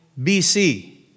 BC